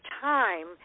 time